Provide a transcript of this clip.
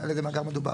על איזה מאגר מדובר.